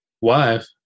wife